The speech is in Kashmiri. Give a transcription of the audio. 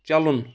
چلُن